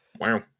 Wow